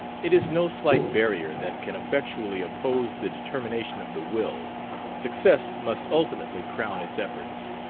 it is no slight barrier that can effectually oppose the determination of the will success must ultimately crown its efforts.